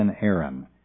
Aaron